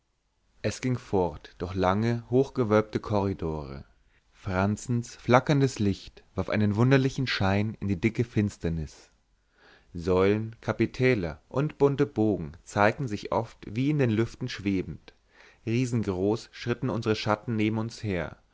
es ging fort durch lange hochgewölbte korridore franzens flackerndes licht warf einen wunderlichen schein in die dicke finsternis säulen kapitäler und bunte bogen zeigten sich oft wie in den lüften schwebend riesengroß schritten unsere schatten neben uns her